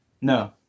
No